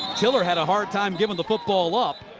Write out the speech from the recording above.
tiller had a hard time giving the football up.